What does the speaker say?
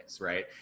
right